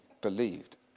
believed